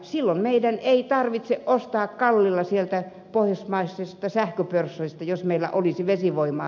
silloin meidän ei tarvitse ostaa kalliilla sieltä pohjoismaisista sähköpörsseistä jos meillä olisi vesivoimaa